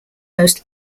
most